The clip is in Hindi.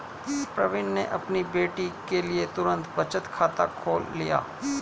प्रवीण ने अपनी बेटी के लिए तुरंत बचत खाता खोल लिया